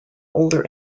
older